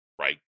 right